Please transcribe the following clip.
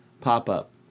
pop-up